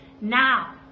Now